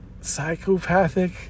psychopathic